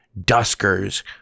Duskers